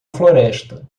floresta